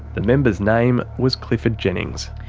the member's name was clifford jennings.